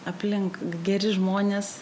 aplink geri žmonės